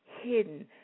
hidden